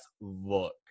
look